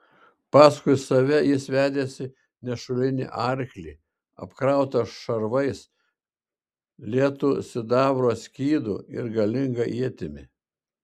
paskui save jis vedėsi nešulinį arklį apkrautą šarvais lietu sidabro skydu ir galinga ietimi